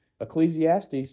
Ecclesiastes